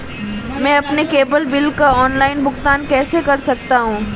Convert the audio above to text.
मैं अपने cable bill का ऑनलाइन भुगतान कैसे कर सकता हूं?